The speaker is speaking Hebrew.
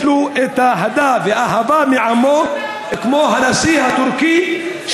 לו את האהדה והאהבה מעמו כמו הנשיא הטורקי,